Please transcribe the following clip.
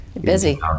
busy